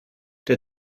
der